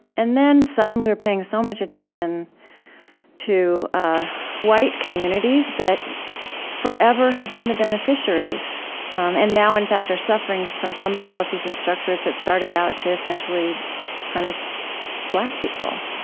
and then, suddenly, we're paying so much attention to white communities that forever have been the beneficiaries um and now, in fact, are suffering from some policies and structures that started out to essentially punish black people.